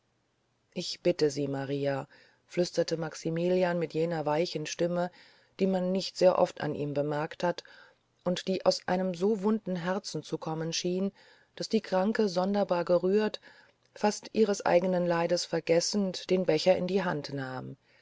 ich bitte sie maria flüsterte maximilian mit jener weichen stimme die man nicht sehr oft an ihm bemerkt hat und die aus einem so wunden herzen zu kommen schien daß die kranke sonderbar gerührt fast ihres eigenen leides vergessend den becher in die hand nahm